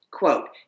Quote